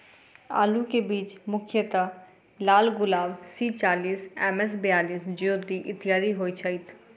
आलु केँ बीज मुख्यतः लालगुलाब, सी चालीस, एम.एस बयालिस, ज्योति, इत्यादि होए छैथ?